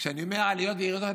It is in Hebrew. כשאני אומר עליות וירידות,